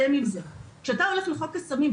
כשאתה הולך לחוק הסמים,